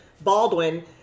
Baldwin